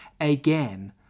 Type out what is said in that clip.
again